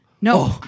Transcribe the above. No